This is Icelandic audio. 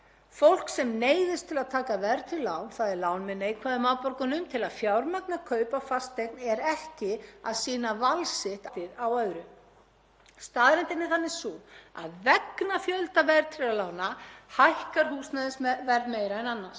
Staðreyndin er sú að vegna fjölda verðtryggðra lána hækkar húsnæði meira en annars, sem aftur leiðir til þess, þar sem laun hækka ekki endilega í sama hlutfalli, að fleiri neyðast til að taka verðtryggð lán sem svo aftur veldur frekari hækkun húsnæðis.